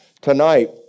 tonight